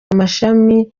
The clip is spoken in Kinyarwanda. amashami